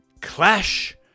Clash